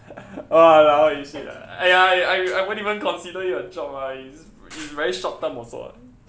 !walao! eh shit lah !aiya! I I I won't even consider it a job ah it's it's very short term also [what]